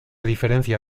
diferencia